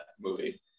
movie